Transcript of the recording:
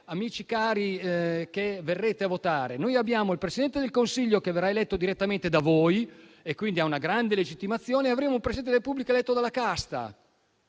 amici cari che verrete a votare, noi abbiamo il Presidente del Consiglio che verrà eletto direttamente da voi e quindi ha una grande legittimazione e avremo un Presidente della Repubblica eletto dalla casta,